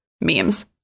memes